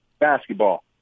basketball